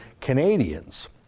Canadians